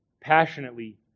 passionately